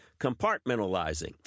compartmentalizing